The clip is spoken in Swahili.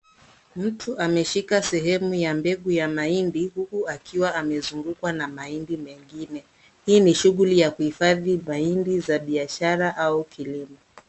Mtu ameshika sehemu ya mbegu ya mahindi huku akiwa amezungukwa na mahindi mengine. Hii ni shughuli ya kuhifadhi mahindi za biashara au kilimo.